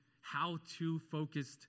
how-to-focused